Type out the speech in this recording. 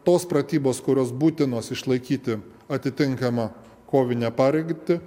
tos pratybos kurios būtinos išlaikyti atitinkamą kovinę parengtį